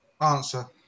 answer